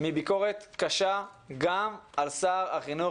מביקורת קשה גם על שר החינוך,